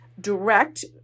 direct